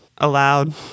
Aloud